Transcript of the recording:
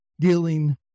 dealing